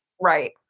Right